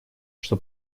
что